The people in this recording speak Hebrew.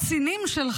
המדינה?